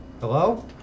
Hello